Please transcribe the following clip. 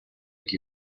que